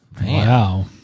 Wow